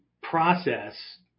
process